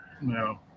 No